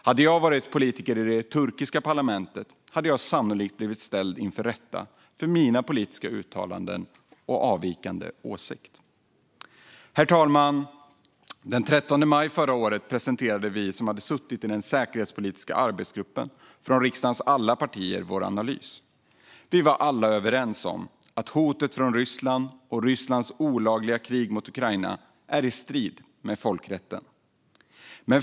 Om jag hade varit politiker i det turkiska parlamentet hade jag sannolikt blivit ställd inför rätta för mina politiska uttalanden och avvikande åsikter. Herr talman! Den 13 maj förra året presenterade vi som suttit i den säkerpolitiska arbetsgruppen från alla riksdagens partier vår analys. Vi var alla överens om att hotet från Ryssland och Rysslands olagliga krig mot Ukraina är i strid med folkrätten.